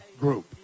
group